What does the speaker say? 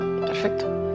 Perfecto